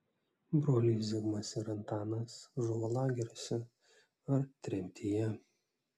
broliai zigmas ir antanas žuvo lageriuose ar tremtyje